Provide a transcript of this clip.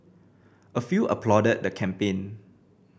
a few applauded the campaign